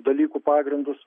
dalykų pagrindus